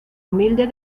humilde